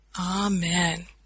Amen